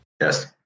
Yes